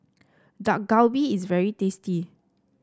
Dak Galbi is very tasty